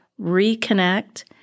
reconnect